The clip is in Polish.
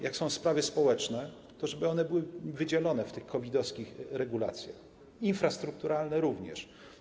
Jak są sprawy społeczne, to żeby one były wydzielone w tych COVID-owskich regulacjach, infrastrukturalne również.